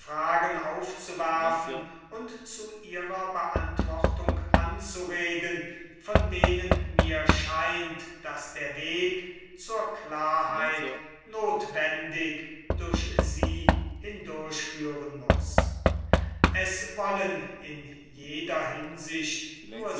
aufzuwerfen und zu ihrer beantwortung anzuregen von denen mir scheint daß der weg zur klarheit notwendig durch sie hindurchführen muß es wollen in jeder hinsicht nur